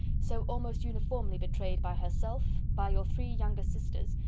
so almost uniformly betrayed by herself, by your three younger sisters,